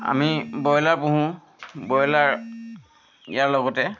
আমি বইলাৰ পুহোঁ বইলাৰ ইয়াৰ লগতে